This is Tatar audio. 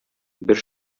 бер